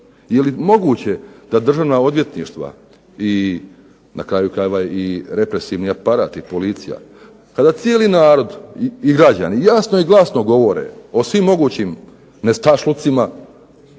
Je li moguće da Državna odvjetništva i na kraju krajeva represivni aparat i policija, kada cijeli narod, građani glasno i jasno govore o svim nestašlucima